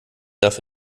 darf